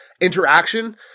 interaction